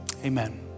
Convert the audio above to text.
Amen